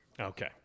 Okay